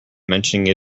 mentioning